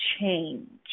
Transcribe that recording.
change